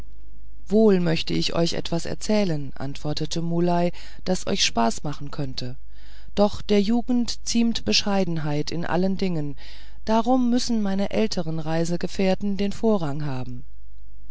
wohl möchte ich euch etwas erzählen antwortete muley das euch spaß machen könnte doch der jugend ziemt bescheidenheit in allen dingen darum müssen meine älteren reisegefährten den vorrang haben